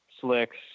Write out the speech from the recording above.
slicks